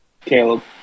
Caleb